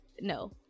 No